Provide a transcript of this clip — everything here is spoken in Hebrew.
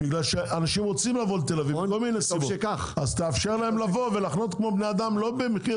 בגלל שאנשים רוצים לבוא לתל אביב, מכל מיני סיבות.